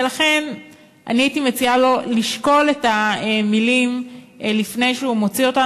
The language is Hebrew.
ולכן אני הייתי מציעה לו לשקול את המילים לפני שהוא מוציא אותן.